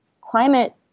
climate